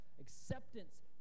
Acceptance